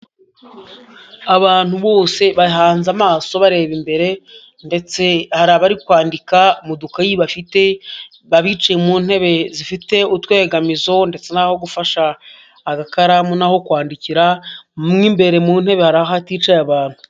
Abantu bose bahanze amaso bareba imbere, ndetse hari abari kwandika mu dukayi bafite, babicaye mu ntebe zifite utwegamizo ndetse n'aho gufasha agakaramu n'aho kwandikira, mo imbere mu ntebe hari ahaticaye abantu.